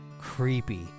Creepy